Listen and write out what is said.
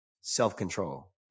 self-control